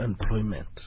employment